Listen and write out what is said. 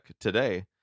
today